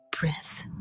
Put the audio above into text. breath